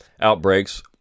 outbreaks